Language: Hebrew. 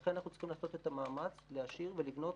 ולכן אנחנו צריכים לעשות את המאמץ להשאיר ולבנות